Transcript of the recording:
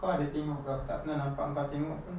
kau ada tengok ke aku tak pernah nampak engkau tengok pun